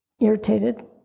irritated